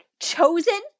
chosen